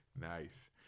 Nice